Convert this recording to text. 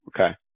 Okay